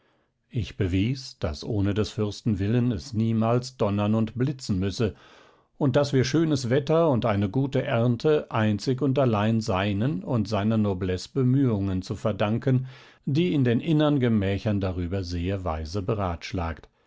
ich bewies daß ohne des fürsten willen es niemals donnern und blitzen müsse und daß wir schönes wetter und eine gute ernte einzig und allein seinen und seiner noblesse bemühungen zu verdanken die in den innern gemächern darüber sehr weise beratschlagt